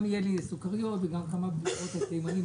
גם יהיו לי סוכריות וגם כמה בדיחות על תימנים.